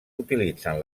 utilitzen